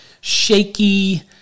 shaky